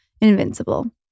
invincible